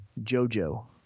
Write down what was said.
jojo